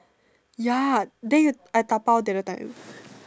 ya then you I dabao the another time